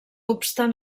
obstant